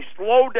slowdown